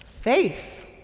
Faith